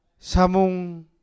Samung